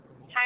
hi